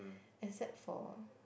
except for